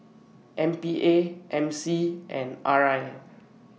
M P A M C and R I